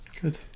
Good